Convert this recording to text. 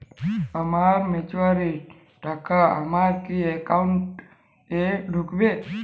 আমার ম্যাচুরিটির টাকা আমার কি অ্যাকাউন্ট এই ঢুকবে?